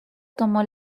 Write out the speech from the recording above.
tomó